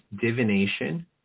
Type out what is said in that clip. divination